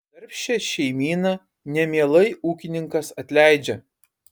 darbščią šeimyną nemielai ūkininkas atleidžia